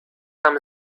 tam